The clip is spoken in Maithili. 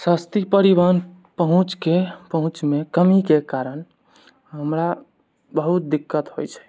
सस्ती परिवहन पहुँचके पहुँचमे कमीके कारण हमरा बहुत दिक्कत होइ छै